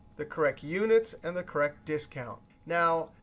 the correct units, and the correct discount. now,